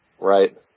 Right